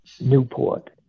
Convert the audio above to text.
Newport